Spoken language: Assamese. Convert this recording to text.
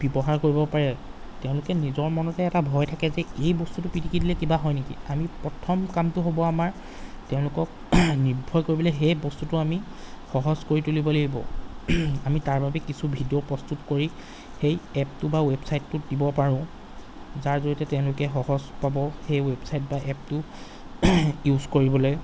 ব্যৱহাৰ কৰিব পাৰে তেওঁলোকে নিজৰ মনতে এটা ভয় থাকে যে এই বস্তুটোও পিতিকি দিলে কিবা হয় নেকি আমি প্ৰথম কামটো হ'ব আমাৰ তেওঁলোকক নিৰ্ভয় কৰিবলৈ সেই বস্তুটো আমি সহজ কৰি তুলিব লাগিব আমি তাৰবাবে কিছু ভিডিঅ' প্ৰস্তুত কৰি সেই এপটো বা ৱেবছাইটোত দিব পাৰোঁ যাৰ জৰিয়তে তেওঁলোকে সহজ পাব সেই ৱেবছাইট বা এপটো ইউজ কৰিবলৈ